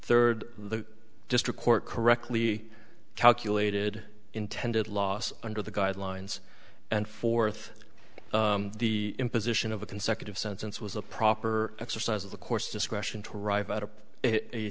third the district court correctly calculated intended loss under the guidelines and fourth the imposition of a consecutive sentence was a proper exercise of the course discretion to arrive at a